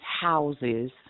houses